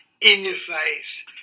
in-your-face